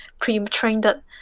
pre-trained